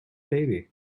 baby